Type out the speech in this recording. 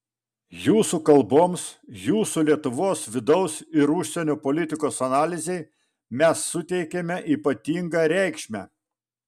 jūsų kalboms jūsų lietuvos vidaus ir užsienio politikos analizei mes suteikiame ypatingą reikšmę